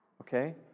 okay